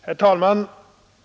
Herr talman!